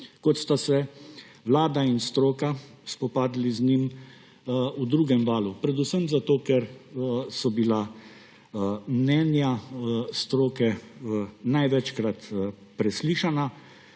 kot sta ste Vlada in stroka spopadli z drugim valom, predvsem zato, ker so bila mnenja stroke največkrat preslišana